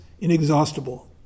inexhaustible